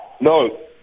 No